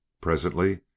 Presently